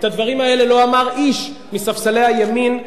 את הדברים האלה לא אמר איש מספסלי הימין,